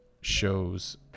shows